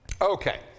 Okay